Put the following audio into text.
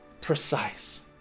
precise